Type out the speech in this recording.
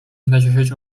nacieszyć